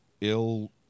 ill